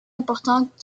importante